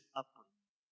upbringing